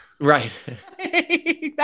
Right